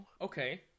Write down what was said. Okay